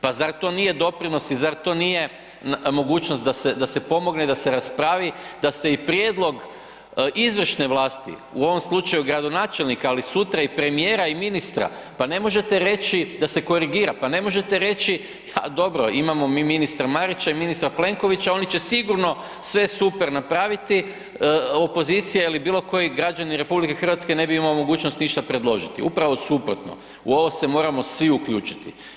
Pa zar to nije doprinos i zar to nije mogućnost da se pomogne i da se raspravi i da se prijedlog izvršne vlasti, u ovom slučaju gradonačelnika ali sutra premijera i ministar, a pa ne možete reći da se korigira, pa ne možete reći a dobro, imamo mi ministra Marića i ministra Plenkovića, oni će sigurno sve super napraviti, opozicija ili bilokoji građani RH ne bi imao mogućnost ništa predložiti, uprav suprotno, u ovo se moramo svi uključiti.